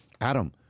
Adam